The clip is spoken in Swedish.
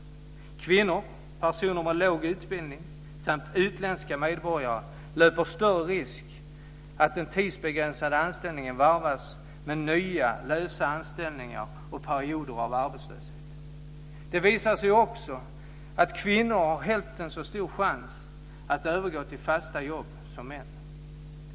Kvinnor, personer med låg utbildning samt utländska medborgare löper större risk att den tidsbegränsade anställningen varvas med nya lösa anställningar och perioder av arbetslöshet. Det visar sig också att kvinnor har hälften så stor chans att övergå till fasta jobb som män.